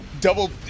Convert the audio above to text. double